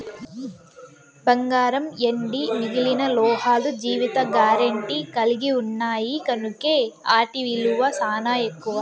బంగారం, ఎండి మిగిలిన లోహాలు జీవిత గారెంటీ కలిగిన్నాయి కనుకే ఆటి ఇలువ సానా ఎక్కువ